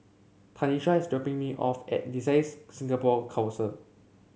Tanisha is dropping me off at Designs Singapore Council